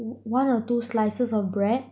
one one or two slices of bread